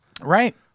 Right